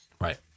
right